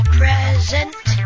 present